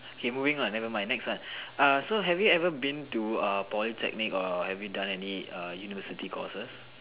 K moving on never mind next one uh so have you ever been to a Polytechnic or have you done any uh university courses